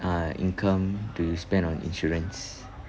uh income do you spend on insurance